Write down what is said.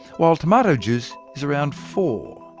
while tomato juice is around four.